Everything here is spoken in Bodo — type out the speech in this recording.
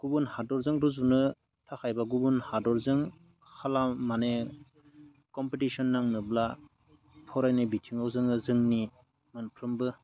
गुबुन हादरजों रुजुनो थाखाय एबा गुबुन हादरजों खालाम माने कम्पिटिसन नांनोब्ला फरायनाय बिथिङाव जोङो जोंनि मोनफ्रोमबो